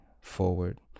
forward